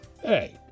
Hey